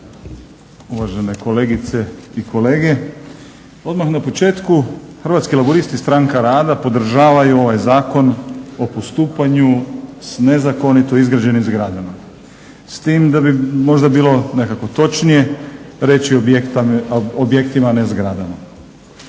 uvažene kolegice i kolege. Odmah na početku Hrvatski laburisti Stranka rada podržava ovaj Zakon o postupanju s nezakonito izgrađenim zgradama s tim da bi možda bilo nekako točnije reći objektima ne zgradama.